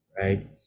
right